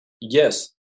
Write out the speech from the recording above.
Yes